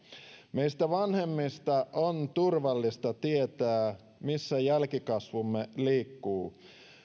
meistä vanhemmista on turvallista tietää missä jälkikasvumme liikkuu